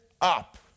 up